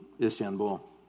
Istanbul